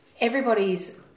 everybody's